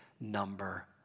number